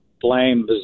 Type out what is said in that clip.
blame